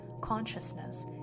consciousness